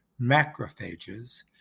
macrophages